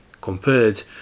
compared